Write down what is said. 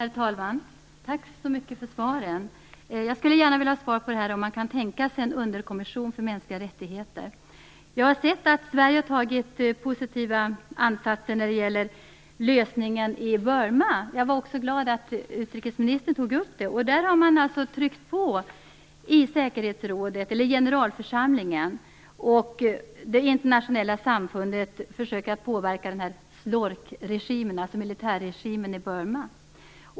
Herr talman! Tack så mycket för svaren! Jag skulle också gärna vilja ha ett svar på frågan om man kan tänka sig en underkommission för mänskliga rättigheter. Jag har sett att Sverige har gjort positiva ansatser när det gäller lösningen i Burma och är glad att utrikesministern tog upp den saken. Man har tryckt på i generalförsamlingen, och det internationella samfundet försöker påverka SLORC-regimen, militärregimen, i Burma.